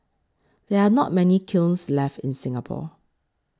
there are not many kilns left in Singapore